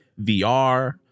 VR